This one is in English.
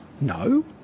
No